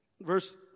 verse